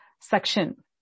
section